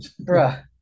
bruh